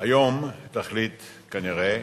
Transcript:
היום תחליט כנראה,